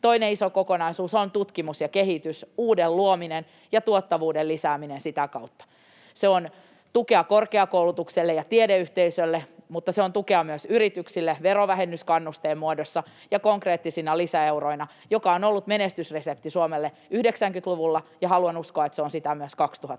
Toinen iso kokonaisuus on tutkimus ja kehitys, uuden luominen ja tuottavuuden lisääminen sitä kautta. Se on tukea korkeakoulutukselle ja tiedeyhteisölle, mutta se on tukea myös yrityksille verovähennyskannusteen muodossa ja konkreettisina lisäeuroina, joka on ollut menestysresepti Suomelle 90-luvulla, ja haluan uskoa, että se on sitä myös